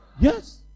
Yes